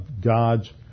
God's